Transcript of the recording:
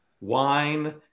wine